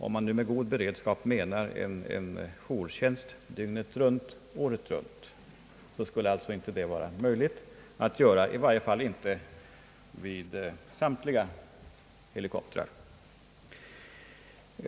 Om man med god beredskap menar en jourtjänst dygnet runt året runt skulle det allså inte vara möjligt att upprätthålla en sådan, i varje fall inte för samtliga helikoptrar.